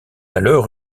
alors